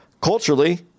culturally